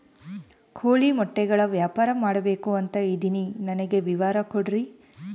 ಕೋಳಿ ಮೊಟ್ಟೆಗಳ ವ್ಯಾಪಾರ ಮಾಡ್ಬೇಕು ಅಂತ ಇದಿನಿ ನನಗೆ ವಿವರ ಕೊಡ್ರಿ?